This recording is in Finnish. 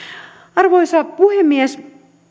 arvoisa puhemies